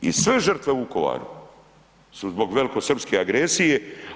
I sve žrtve Vukovara su zbog velikosrpske agresije.